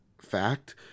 fact